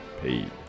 paid